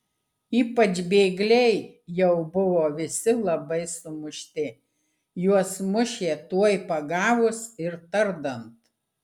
ypač bėgliai jau buvo visi labai sumušti juos mušė tuoj pagavus ir tardant